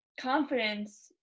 confidence